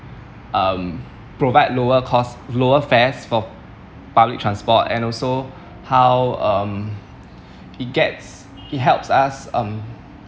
um provide lower cost lower fares for public transport and also how um it gets it helps us um